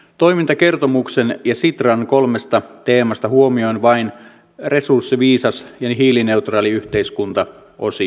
toimintakertomuksen ja sitran kolmesta teemasta huomioin vain resurssiviisas ja hiilineutraali yhteiskunta osion